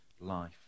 life